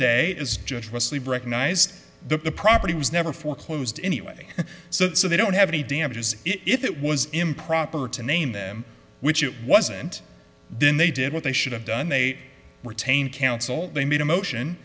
day as judge wesley recognized the property was never foreclosed anyway so they don't have any damages if it was improper to name them which it wasn't then they did what they should have done they retained counsel they made a motion